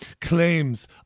claims